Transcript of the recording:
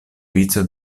vico